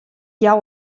jou